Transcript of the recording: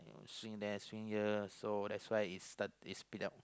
swing there swing here so that's why it start it spill out